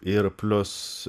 ir plius